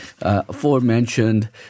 aforementioned